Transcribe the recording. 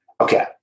Okay